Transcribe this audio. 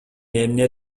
эмне